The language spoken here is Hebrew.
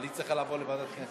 אבל היא צריכה לעבור לוועדת הכנסת,